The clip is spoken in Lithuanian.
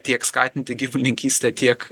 tiek skatinti gyvulininkystę tiek